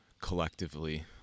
collectively